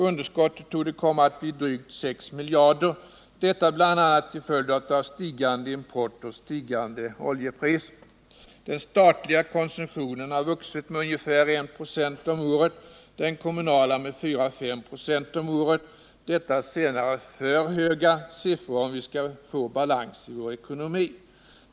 Underskottet kommer att bli drygt 6 miljarder, bl.a. till följd av ökande import och stigande oljepriser. Den statliga konsumtionen har vuxit med ungefär 1 96 om året och den kommunala med 4-5 96 om året. Den senare ökningen är alltför hög om vi skall få balans i vår ekonomi.